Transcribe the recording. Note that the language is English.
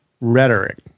rhetoric –